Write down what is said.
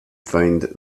find